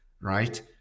right